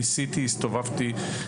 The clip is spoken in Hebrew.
ניסיתי, הסתובבתי.